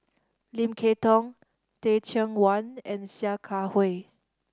Lim Kay Tong Teh Cheang Wan and Sia Kah Hui